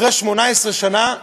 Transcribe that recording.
אחרי 18 שנה,